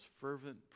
fervent